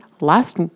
Last